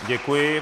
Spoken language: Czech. Děkuji.